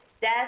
death